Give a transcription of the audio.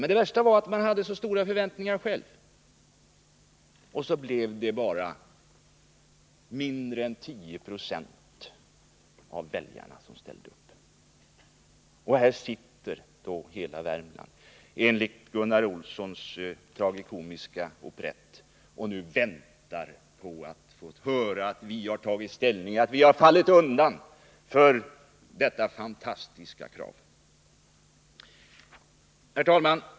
Men det värsta var att man hade så stora förväntningar själva, och så ställde bara mindre än 10 20 av väljarna upp. Enligt Gunnar Olssons tragikomiska operett sitter hela Värmland och väntar på att få höra att vi har tagit ställning och att vi har fallit undan för detta fantastiska krav. Herr talman!